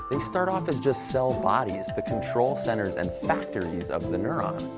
they start off as just cell bodies, the control centres and factories of the neuron.